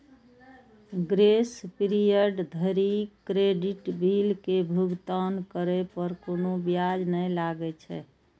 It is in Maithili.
ग्रेस पीरियड धरि क्रेडिट बिल के भुगतान करै पर कोनो ब्याज नै लागै छै